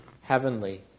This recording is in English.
heavenly